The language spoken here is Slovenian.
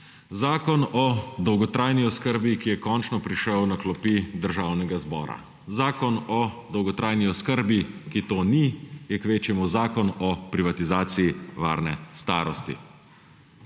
Zakon o dolgotrajni oskrbi, ki je končno prišel na klopi Državnega zbora; zakon o dolgotrajni oskrbi, ki to ni, je kvečjemu zakon o privatizaciji varne starosti.